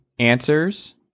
Answers